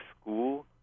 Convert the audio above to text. school